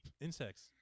insects